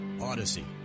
Odyssey